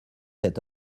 cet